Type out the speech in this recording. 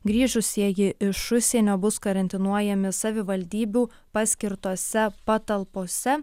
grįžusieji iš užsienio bus karantinuojami savivaldybių paskirtose patalpose